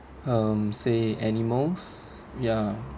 um say animals ya